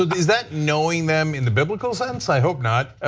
is that knowing them in the biblical sense? i hope not.